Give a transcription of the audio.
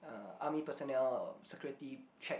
uh army personnel security check